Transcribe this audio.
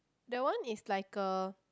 that one is like a